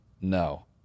no